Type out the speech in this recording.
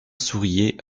souriait